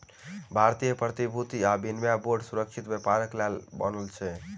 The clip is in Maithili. भारतीय प्रतिभूति आ विनिमय बोर्ड सुरक्षित व्यापारक लेल बनल अछि